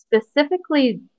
specifically